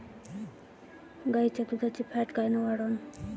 गाईच्या दुधाची फॅट कायन वाढन?